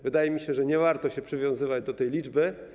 Wydaje mi się, że nie warto się przywiązywać do tej liczby.